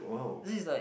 this is like